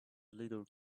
little